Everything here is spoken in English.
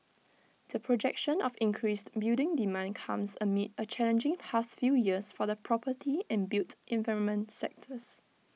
the projection of increased building demand comes amid A challenging past few years for the property and built environment sectors